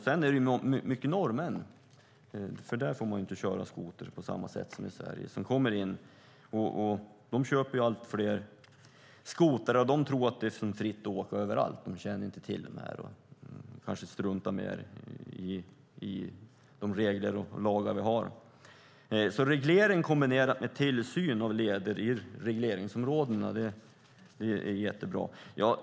Sedan är det mycket norrmän som kommer in, för där får man inte köra skoter på samma sätt som i Sverige. De köper allt fler skotrar. De tror att det är fritt fram att åka överallt. De känner inte till och kanske struntar i de regler och lagar vi har. Reglering kombinerat med tillsyn av leder i regleringsområdena är jättebra.